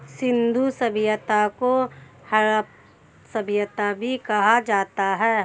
सिंधु सभ्यता को हड़प्पा सभ्यता भी कहा जाता है